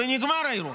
ונגמר האירוע.